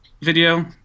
video